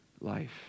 life